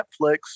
Netflix